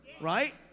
Right